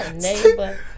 neighbor